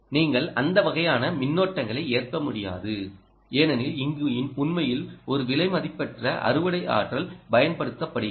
நீங்கள் அந்த வகையான மின்னோட்டங்களை ஏற்க முடியாது ஏனெனில் இங்கு உண்மையில் ஒரு விலைமதிப்பற்ற அறுவடை ஆற்றல் பயன்படுத்தப்படுகிறது